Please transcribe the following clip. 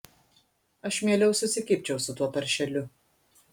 aš mieliau susikibčiau su tuo paršeliu